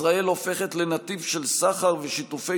ישראל הופכת לנתיב של סחר ושיתופי